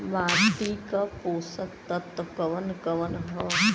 माटी क पोषक तत्व कवन कवन ह?